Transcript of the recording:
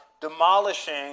demolishing